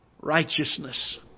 righteousness